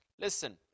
Listen